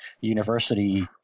university